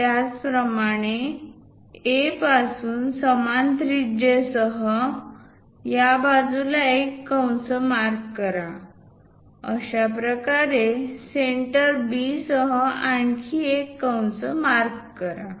त्याचप्रमाणे A पासून समान त्रिज्या सह या बाजूला एक कंस मार्क करा अशा प्रकारे सेंटर B सह आणखी एक कंस मार्क करा